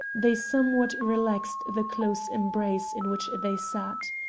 they somewhat relaxed the close embrace in which they sat.